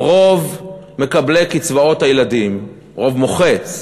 רוב מקבלי קצבאות הילדים, רוב מוחץ,